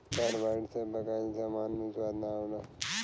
carbide से पकाइल सामान मे स्वाद ना होला